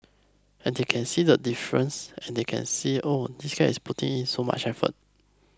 and they can see the difference and they can see Oh this guy is putting in so much effort